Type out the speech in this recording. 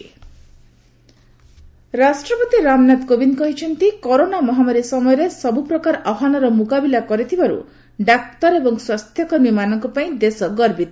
president Covid ରାଷ୍ଟ୍ରପତି ରାମନାଥ କୋବିନ୍ଦ କହିଛନ୍ତି corona ମହାମାରୀ ସମୟରେ ସବୁପ୍ରକାର ଆହ୍ୱାନର ମୁକାବିଲା କରିଥିବାରୁ ଡାକ୍ତର ଏବଂ ସ୍ୱାସ୍ଥ୍ୟକର୍ମୀମାନଙ୍କ ପାଇଁ ଦେଶ ଗର୍ବିତ